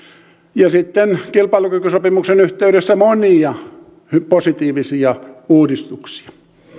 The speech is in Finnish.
ja sitten kilpailukykysopimuksen yhteydessä monia positiivisia uudistuksia